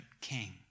king